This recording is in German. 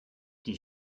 die